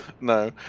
No